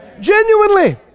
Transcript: Genuinely